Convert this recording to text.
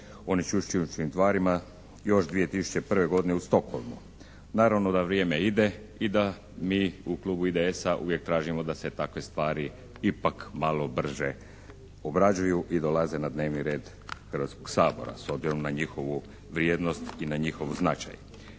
onečišćujućim tvarima još 2001. godine u Stockholmu. Naravno da vrijeme ide i da mi u klubu IDS-a uvijek tražimo da se takve stvari ipak malo brže obrađuju i dolaze na dnevni red Hrvatskoga sabora s obzirom na njihovu vrijednost i na njihov značaj.